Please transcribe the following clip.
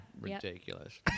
Ridiculous